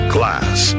Class